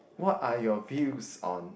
what are your views on